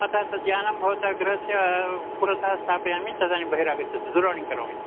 अतः तद्यानं भवत्याः गृहस्य पुरतः स्थापयामि तदानीं बहिरागच्छतु दूरवाणीं करोमि